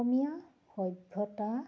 অসমীয়া সভ্যতা